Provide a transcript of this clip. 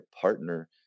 partner